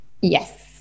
Yes